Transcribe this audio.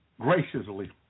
graciously